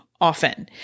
often